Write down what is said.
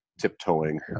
tiptoeing